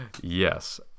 Yes